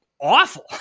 awful